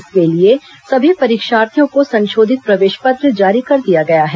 इसके लिए सभी परीक्षार्थियों को संशोधित प्रवेश पत्र जारी कर दिया गया है